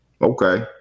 Okay